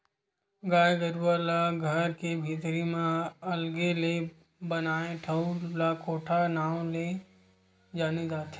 गाय गरुवा ला घर के भीतरी म अलगे ले बनाए ठउर ला कोठा नांव ले जाने जाथे